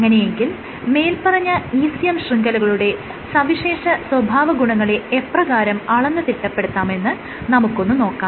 അങ്ങനെയെങ്കിൽ മേല്പറഞ്ഞ ECM ശൃംഖലകളുടെ സവിശേഷ സ്വഭാവഗുണങ്ങളെ എപ്രകാരം അളന്ന് തിട്ടപ്പെടുത്താമെന്ന് നമുക്കൊന്ന് നോക്കാം